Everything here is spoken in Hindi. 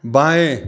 बाएँ